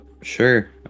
Sure